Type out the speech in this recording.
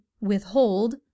withhold